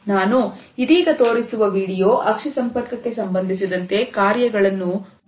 ನಾನು ಇದೀಗ ತೋರಿಸುವ ವಿಡಿಯೋ ಅಕ್ಷಿ ಸಂಪರ್ಕಕ್ಕೆ ಸಂಬಂಧಿಸಿದಂತೆ ಕಾರ್ಯಗಳನ್ನು ಒಳಗೊಂಡಿದೆ